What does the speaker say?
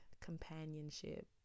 companionship